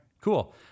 cool